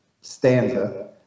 stanza